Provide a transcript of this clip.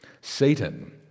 Satan